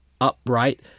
upright